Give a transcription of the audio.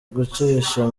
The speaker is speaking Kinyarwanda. gucisha